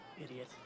idiot